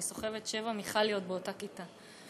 מכיתה א' אני סוחבת שבע מיכליות באותה כיתה.